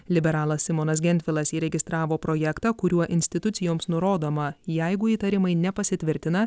liberalas simonas gentvilas įregistravo projektą kuriuo institucijoms nurodoma jeigu įtarimai nepasitvirtina